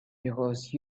because